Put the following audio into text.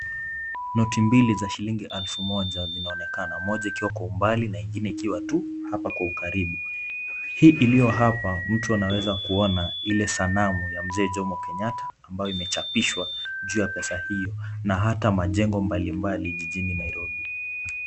Noti mbili za shilingi elfu moja zinaonekana. Moja ikiwa kwa umbali na nyingine ikiwa tu hapa kwa ukaribu. Hii iliyo hapa, mtu anaweza kuona ile sanamu ya Mzee Jomo Kenyatta ambayo imechapishwa juu ya pesa hiyo na hata majengo mbalimbali jijini Nairobi.